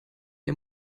ihr